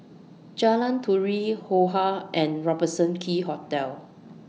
Jalan Turi Yo Ha and Robertson Quay Hotel